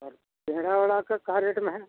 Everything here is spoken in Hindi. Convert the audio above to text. अ पेंड़ा ओड़ा का क्या रेट में है